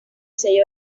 sello